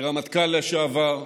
כרמטכ"ל לשעבר,